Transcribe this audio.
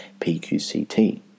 PQCT